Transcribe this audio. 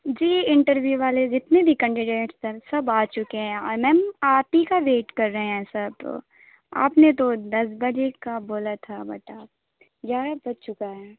جی interview والے جتنے بھی کنڈڈیٹس تھے سب آ چکے ہیں اور میم آپ ہی کا ویٹ کر رہے ہیں سب تو آپ نے تو دس بجے کا بولا تھا بتاؤ گیارہ بج چکا ہے